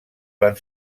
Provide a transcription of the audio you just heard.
van